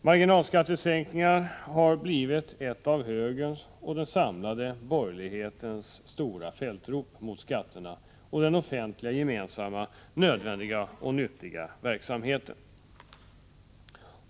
Marginalskattesänkningar har blivit ett av högerns och den samlade borgerlighetens stora fältrop mot skatterna och den offentliga gemensamma nödvändiga och nyttiga verksamheten.